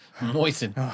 Moisten